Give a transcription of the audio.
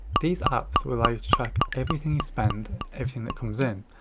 these apps will allow you to track everything you spend and everything that comes in.